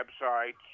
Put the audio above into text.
websites